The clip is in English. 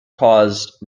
caused